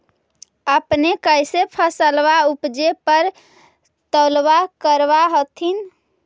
अपने कैसे फसलबा उपजे पर तौलबा करबा होत्थिन?